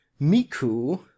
Miku